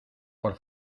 por